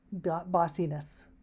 bossiness